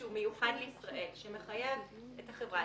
הוועדה היום אישרה את הצעת החוק.